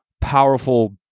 powerful